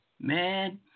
man